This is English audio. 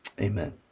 Amen